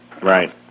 right